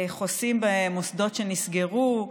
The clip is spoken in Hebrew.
חוסים במוסדות שנסגרו.